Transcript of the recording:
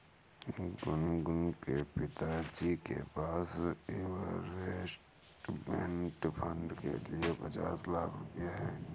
गुनगुन के पिताजी के पास इंवेस्टमेंट फ़ंड के लिए पचास लाख रुपए है